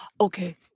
Okay